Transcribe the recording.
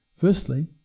Firstly